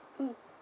mm